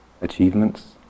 achievements